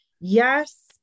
yes